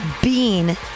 bean